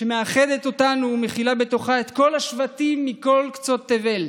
שמאחדת אותנו ומכילה בתוכה את כל השבטים מכל קצוות תבל.